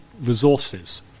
resources